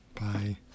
Bye